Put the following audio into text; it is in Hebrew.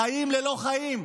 חיים ללא חיים.